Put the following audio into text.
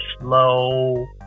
slow